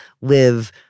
live